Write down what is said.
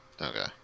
Okay